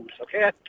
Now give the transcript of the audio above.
okay